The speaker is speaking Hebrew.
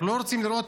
אנחנו לא רוצים לראות